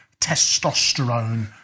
testosterone